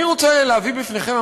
אני רוצה להביא בפניכם,